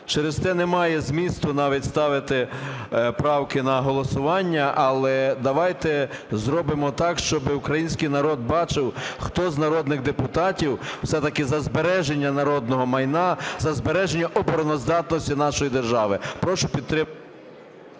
Через те немає змісту навіть ставити правки на голосування, але давайте зробимо так, щоб український народ бачив хто з народних депутатів все-таки за збереження народного майна, за збереження обороноздатності нашої держави.